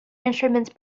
instruments